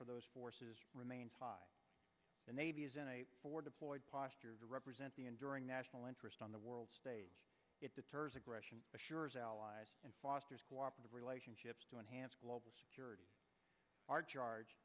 for those forces remains high the navy for deployed posture to represent the enduring national interest on the world stage it deters aggression assures allies and fosters cooperative relationships to enhance global security are charge